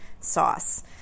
sauce